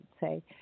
say